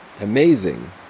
Amazing